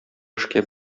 эшкә